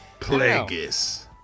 Plagueis